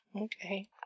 Okay